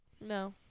No